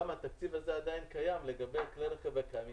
גם התקציב הזה עדיין קיים לגבי כלי הרכב הקיימים,